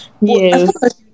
yes